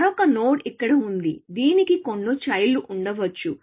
మరొక నోడ్ ఇక్కడ ఉంది దీనికి కొన్ని చైల్డ్ లు ఉండవచ్చు